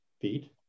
feet